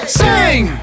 sing